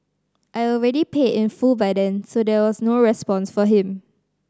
I already paid in full by then so there was no response from him